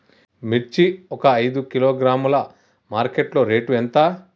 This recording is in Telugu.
మిర్చి ఒక ఐదు కిలోగ్రాముల మార్కెట్ లో రేటు ఎంత?